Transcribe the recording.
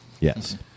Yes